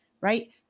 right